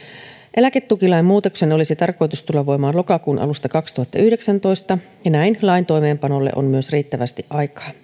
eläketukilain muutoksen olisi tarkoitus tulla voimaan lokakuun alusta kaksituhattayhdeksäntoista ja näin lain toimeenpanolle on myös riittävästi aikaa